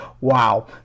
Wow